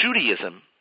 Judaism